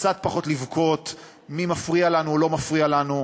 קצת פחות לבכות מי מפריע לנו או לא מפריע לנו,